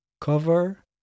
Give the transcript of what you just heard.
Cover